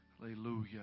Hallelujah